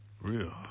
Real